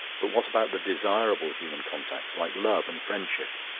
but what about the desirable human contacts, like love and friendship?